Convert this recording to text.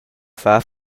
far